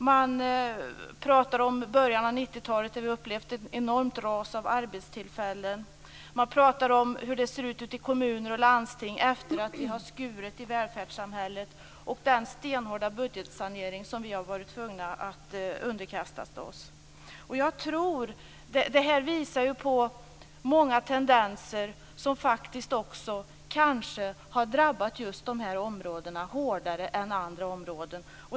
Man framhöll att vi under början av 90-talet har haft ett enormt ras i antalet arbetstillfällen. Man redogjorde för hur det ser ut i kommuner och landsting efter nedskärningarna i välfärdssamhället och den hårdhänta budgetsanering som vi har varit tvungna att underkasta oss. Här framkommer många tendenser som kanske har drabbat just de här områdena hårdare än andra områden.